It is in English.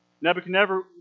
Nebuchadnezzar